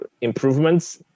improvements